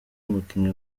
umukinnyi